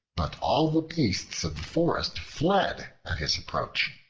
but all the beasts of the forest fled at his approach.